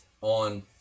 on